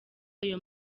ayo